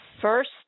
first